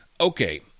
Okay